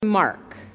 Mark